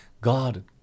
God